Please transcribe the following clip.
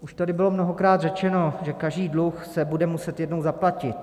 Už tady bylo mnohokrát řečeno, že každý dluh se bude muset jednou zaplatit.